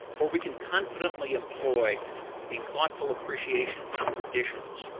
or we can confidently employ a thoughtful appreciation for traditions,